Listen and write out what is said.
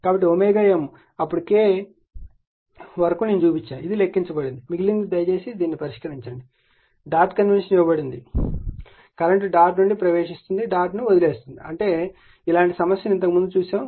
కాబట్టి M అప్పుడు K వరకు నేను చూపిస్తున్నాను ఇది లెక్కించబడింది మిగినది దయచేసి దీనిని పరిష్కరించండి డాట్ కన్వెన్షన్ ఇవ్వబడింది కరెంట్ డాట్ నుండి ప్రవేశిస్తుంది డాట్ ను వదిలి వెళ్తుంది అంటే ఇలాంటి సమస్యను ఇంతకు ముందు చూసాము